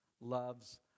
loves